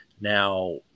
Now